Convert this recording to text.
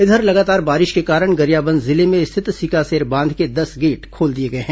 इधर लगातार बारिश के कारण गरियाबंद जिले में स्थित सिकासेर बांध के दस गेट खोल दिए गए हैं